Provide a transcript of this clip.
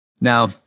Now